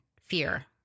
fear